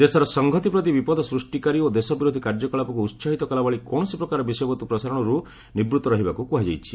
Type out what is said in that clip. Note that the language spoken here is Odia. ଦେଶର ସଂହତି ପ୍ରତି ବିପଦ ସୃଷ୍ଟିକାରୀ ଓ ଦେଶ ବିରୋଧୀ କାର୍ଯ୍ୟକଳାପକୁ ଉତ୍ସାହିତ କଲାଭଳି କୌଣସି ପ୍ରକାର ବିଷୟବସ୍ତୁ ପ୍ରସାରଣରୁ ନିବୃତ ରହିବାକୁ କୁହାଯାଇଛି